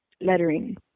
lettering